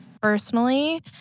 Personally